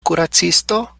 kuracisto